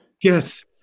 Yes